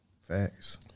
Facts